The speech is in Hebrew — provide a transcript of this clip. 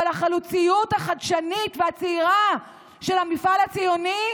אבל החלוציות החדשנית והצעירה של המפעל הציוני?